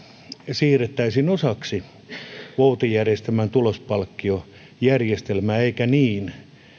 siirrettäisiin osaksi voutijärjestelmän tulospalkkiojärjestelmää eikä niin